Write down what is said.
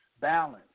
Balance